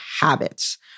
habits